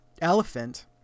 elephant